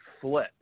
flip